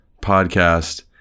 podcast